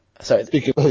Sorry